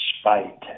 spite